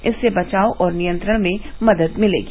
इससे बचाव और नियंत्रण में मदद मिलेगी